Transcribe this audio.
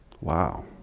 wow